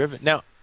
Now